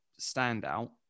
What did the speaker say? standout